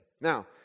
Now